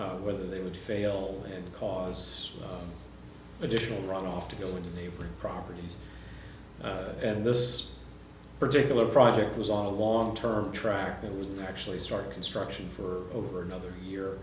or whether they would fail because additional runoff to go into neighboring properties and this particular project was on a long term track that was actually started construction for over another year